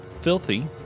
Filthy